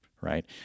right